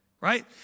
Right